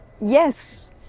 Yes